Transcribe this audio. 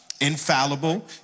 infallible